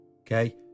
Okay